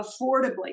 affordably